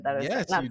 Yes